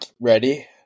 ready